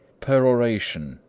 peroration,